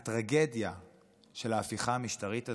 הטרגדיה של ההפיכה המשטרית הזאת,